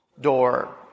door